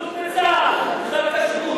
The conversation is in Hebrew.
אלוף בצה"ל, חיל כשרות.